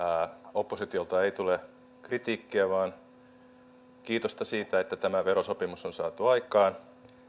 oppositiolta ei tule kritiikkiä vaan kiitosta siitä että tämä verosopimus on saatu aikaan